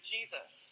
Jesus